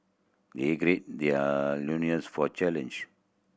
they their loins for challenge